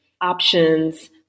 options